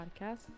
podcast